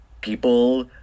people